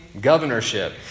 governorship